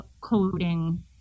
coding